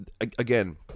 again